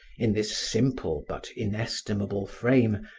in this simple but inestimable frame,